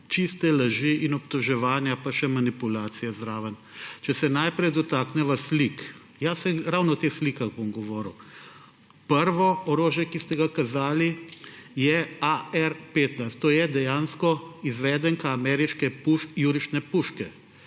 čiste laži in obtoževanja, pa še manipulacija zraven. Če se najprej dotakneva slik. Ja, saj ravno o teh slikah bom govoril. Prvo orožje, ki ste ga kazali, je AR-15. To je dejansko izvedenka ameriške jurišne puške.